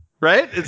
right